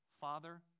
Father